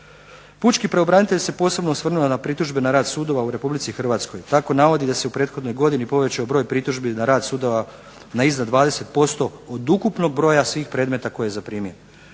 Pučki pravobranitelj se posebno osvrnuo na pritužbe na rad sudova u RH. Tako navodi da se u prethodnoj godini povećao broj pritužbi na rad sudova na iznad 20% od ukupnog broja svih predmeta koje je zaprimio.